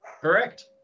Correct